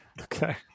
okay